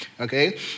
okay